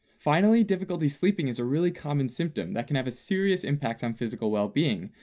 finally difficulty sleeping is a really common symptom that can have a serious impact on physical well-being,